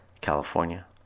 California